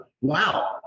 Wow